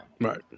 right